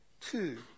Two